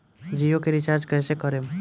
जियो के रीचार्ज कैसे करेम?